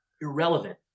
Irrelevant